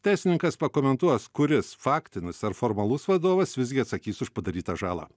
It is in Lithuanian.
teisininkas pakomentuos kuris faktinis ar formalus vadovas visgi atsakys už padarytą žalą